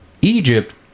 Egypt